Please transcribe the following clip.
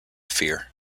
fear